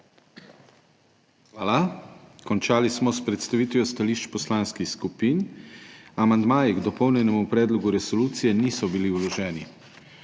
Hvala. Končali smo s predstavitvijo stališč poslanskih skupin. Amandmaji k dopolnjenemu predlogu resolucije niso bili vloženi.